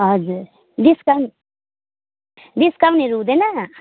हजुर डिस्काउन्ट डिस्काउन्टहरू हुँदैन